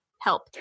help